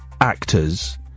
actors